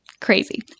Crazy